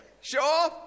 Sure